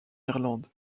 irlande